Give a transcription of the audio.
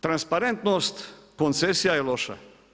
Transparentnost koncesija je loša.